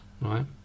right